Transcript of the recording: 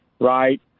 Right